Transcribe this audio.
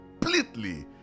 completely